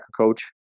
coach